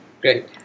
Great